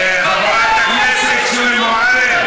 חברת הכנסת שולי מועלם,